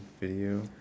video